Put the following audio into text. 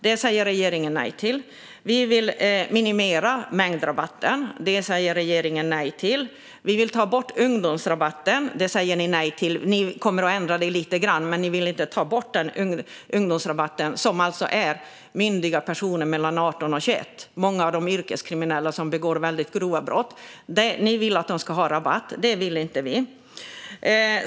Det säger regeringen nej till. Vi vill minimera mängdrabatten. Det säger regeringen nej till. Vi vill ta bort ungdomsrabatten. Det säger ni nej till. Ni kommer att ändra det lite grann, men ni vill inte ta bort ungdomsrabatten. Det gäller alltså myndiga personer mellan 18 och 21 år. Många av dem är yrkeskriminella som begår väldigt grova brott. Ni vill att de ska ha rabatt. Det vill inte vi.